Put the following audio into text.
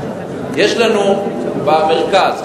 יש לנו במרכז,